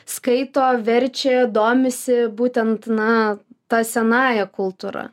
skaito verčia domisi būtent na ta senąja kultūra